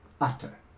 utter